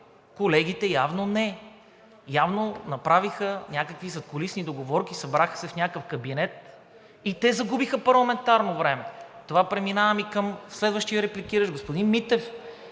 колегите явно не. Явно, направиха някакви задкулисни договорки, събраха се в някакъв кабинет и те загубиха парламентарно време. С това преминавам и към следващия репликиращ – господин Митев.